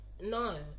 No